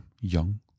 young